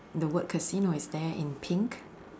the word casino is there in pink